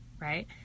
right